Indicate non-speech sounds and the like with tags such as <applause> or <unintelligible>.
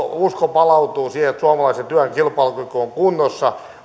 <unintelligible> usko palautuu siihen että suomalaisen työn kilpailukyky on kunnossa <unintelligible>